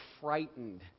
frightened